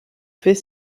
fait